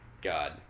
God